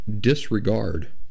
disregard